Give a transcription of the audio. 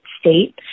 state